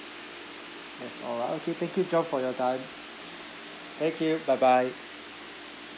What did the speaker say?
that's all ah okay thank you john for your time thank you bye bye